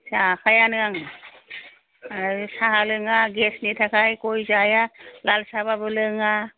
जाखायानो आं आरो साहा लोङा गेस नि थाखाय गय जाया लाल साहाबाबो लोङा